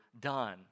done